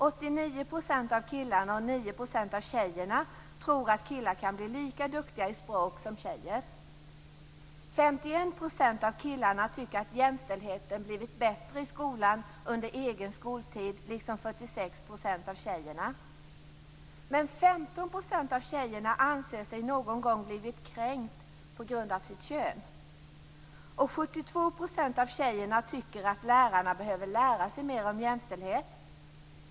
89 % av killarna och 9 % av tjejerna tror att killar kan bli lika duktiga i språk som tjejer. 51 % av killarna tycker att jämställdheten blivit bättre i skolan under den egna skoltiden, liksom 46 % av tjejerna. Men 15 % av tjejerna anser sig någon gång ha blivit kränkt på grund av sitt kön. 72 % av tjejerna tycker att lärarna behöver lära sig mer om jämställdhet.